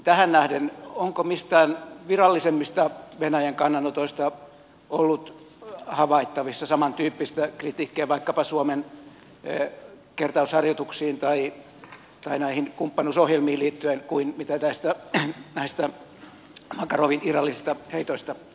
tähän nähden onko mistään virallisemmista venäjän kannanotoista ollut havaittavissa samantyyppistä kritiikkiä vaikkapa suomen kertausharjoituksiin tai kumppanuusohjelmiin liittyen kuin mitä näistä makarovin irrallisista heitoista löydettiin